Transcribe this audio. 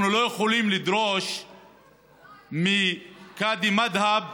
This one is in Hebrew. אנחנו לא יכולים לדרוש מקאדי מד'הב